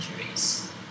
injuries